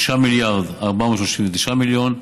3 מיליארד ו-439 מיליון,